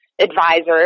advisors